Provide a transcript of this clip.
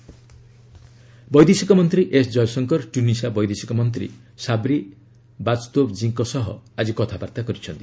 Tunisia Jaishankar ବୈଦେଶିକ ମନ୍ତ୍ରୀ S Jaishankar Tunisia ବୈଦେଶିକ ମନ୍ତ୍ରୀ ସାବ୍ରି ବାଚତୋବଜୀଙ୍କ ସହ ଆଜି କଥାବାର୍ତ୍ତା କରିଛନ୍ତି